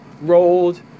rolled